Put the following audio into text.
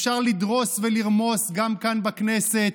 אפשר לדרוס ולרמוס גם כאן בכנסת,